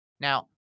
Now